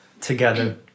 Together